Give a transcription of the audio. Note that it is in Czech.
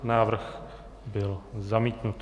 Návrh byl zamítnut.